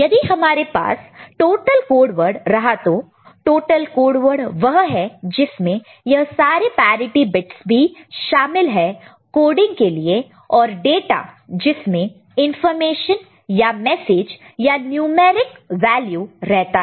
यदि हमारे पास टोटल कोड वर्ड रहा तो टोटल कोड वर्ड वह है जिसमें यह सारे पैरिटि बिट्स भी शामिल है कोडिंग के लिए और डाटा जिसमें इंफॉर्मेशन या मैसेज या न्यूमैरिक वैल्यू रहता है